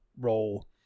role